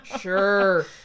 Sure